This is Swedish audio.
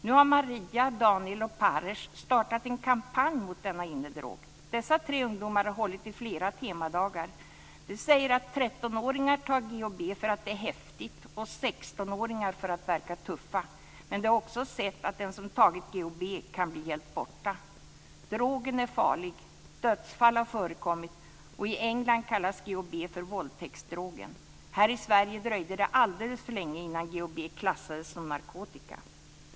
Nu har Maria, Daniel och Paresh startat en kampanj mot denna innedrog. Dessa tre ungdomar har hållit i flera temadagar. De säger att 13-åringar tar GHB för att det är häftigt och 16-åringar för att verka tuffa. Men de har också sett att den som har tagit GHB kan bli helt borta. Drogen är farlig. Dödsfall har förekommit. Och i England kallas GHB för våldtäktsdrogen. Här i Sverige dröjde det alldeles för länge innan GHB klassades som narkotika.